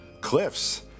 cliffs